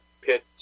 pit